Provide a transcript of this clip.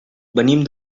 venim